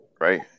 right